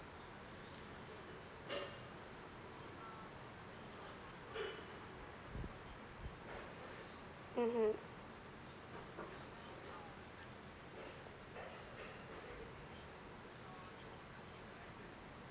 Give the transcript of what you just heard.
mmhmm